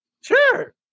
Sure